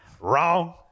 Wrong